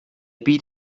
beat